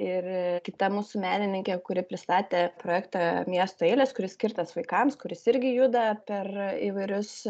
ir kita mūsų menininkė kuri pristatė projektą miesto eilės kuris skirtas vaikams kuris irgi juda per įvairius